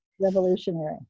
revolutionary